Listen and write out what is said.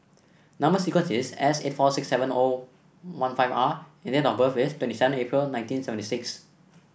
number sequence is S eight four six seven O one five R and date of birth is twenty seven April nineteen seventy six